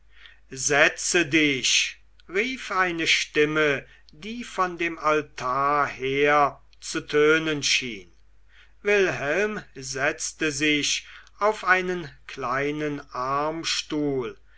setze dich rief eine stimme die von dem altar herzu tönen schien wilhelm setzte sich auf einen kleinen armstuhl